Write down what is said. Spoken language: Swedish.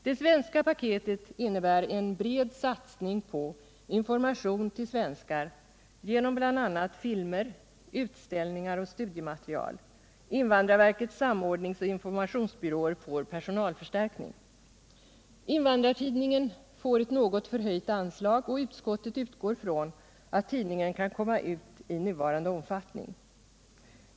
Det svenska paketet innebär en bred satsning på information till svenskar genom bl.a. filmer, utställningar och studiematerial. Invandrarverkets samordningsoch informationsbyråer får personalförstärkning. Invandrartidningen får ett något förhöjt anslag, och utskottet utgår från att tidningen kan komma ut i nuvarande omfattning.